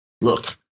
look